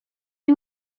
you